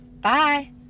Bye